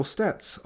Stats